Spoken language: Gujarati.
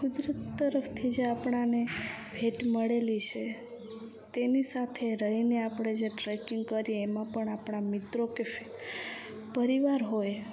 કુદરત તરફથી જે આપણાને ભેટ મળેલી છે તેની સાથે રહીને આપણે જે ટ્રેકિંગ કરીએ એમાં પણ આપણાં મિત્રો કે પરિવાર હોય